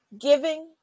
giving